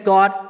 God